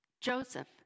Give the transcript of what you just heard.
Joseph